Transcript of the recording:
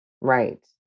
Right